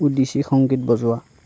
ওডিছী সংগীত বজোৱা